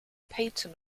payton